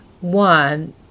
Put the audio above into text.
one